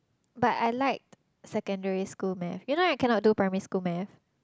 but I like secondary school maths you know I cannot do primary school maths